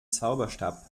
zauberstab